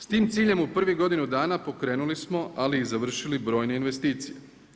S tim ciljem u prvih godinu dana, pokrenuli smo ali i završili brojne investicije.